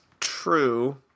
true